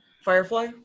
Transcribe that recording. Firefly